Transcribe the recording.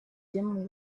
dimly